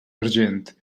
argent